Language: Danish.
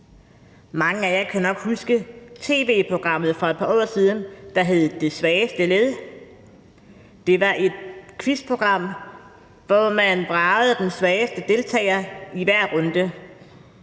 Mange af jer kan nok huske tv-programmet for et par år siden, der hed »Det Svageste Led«. Det var et quizprogram, hvor man vragede den svageste deltager i hver runde.